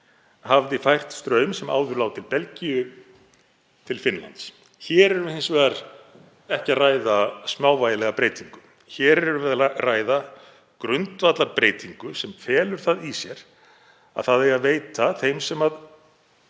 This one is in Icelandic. hafði fært straum sem áður lá til Belgíu til Finnlands. Hér erum við hins vegar ekki að ræða smávægilega breytingu. Hér erum við að ræða grundvallarbreytingu sem felur það í sér að veita eigi þeim sem